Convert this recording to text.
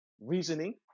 reasoning